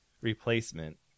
replacement